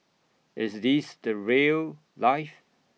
is this the rail life